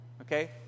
Okay